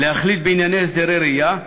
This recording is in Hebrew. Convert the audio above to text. להחליט בענייני הסדרי ראייה,